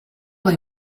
they